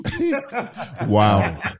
Wow